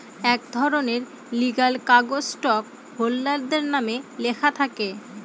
এক ধরনের লিগ্যাল কাগজ স্টক হোল্ডারদের নামে লেখা থাকে